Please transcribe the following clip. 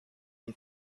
him